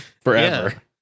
forever